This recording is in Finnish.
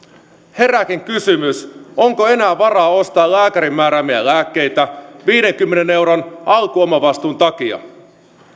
herääkin kysymys onko enää varaa ostaa lääkärin määräämiä lääkkeitä viidenkymmenen euron alkuomavastuun takia